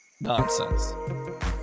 Nonsense